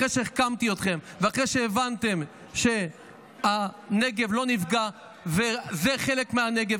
אחרי שהחכמתי אתכם ואחרי שהבנתם שהנגב לא נפגע וזה חלק מהנגב,